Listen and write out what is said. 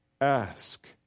ask